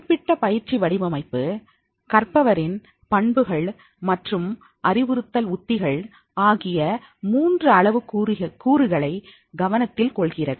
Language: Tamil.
குறிப்பிட்ட பயிற்சி வடிவமைப்பு கற்பவரின் பண்புகள்மற்றும் அறிவுறுத்தல் உத்திகள் ஆகிய மூன்று அளவு கூறுகளை கவனத்தில் கொள்கிறது